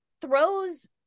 throws